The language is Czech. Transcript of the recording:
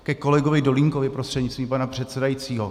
Ke kolegovi Dolínkovi prostřednictvím pana předsedajícího.